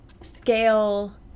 scale